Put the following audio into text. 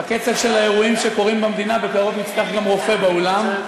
בקצב של האירועים שקורים במדינה בקרוב נצטרך גם רופא באולם.